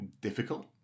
difficult